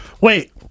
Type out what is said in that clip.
Wait